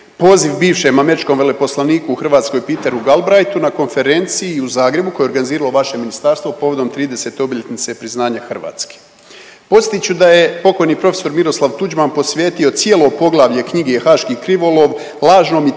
poziv bivše američkom veleposlaniku u Hrvatskoj Peteru Galbraithu na konferenciji u Zagrebu koje je organiziralo vaše ministarstvo povodom 30 obljetnice priznanja Hrvatske. Podsjetit ću da je pokojni profesor Miroslav Tuđman posveti cijelo poglavlje knjige Haški krivolov lažnom i